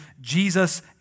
Jesus